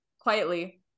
quietly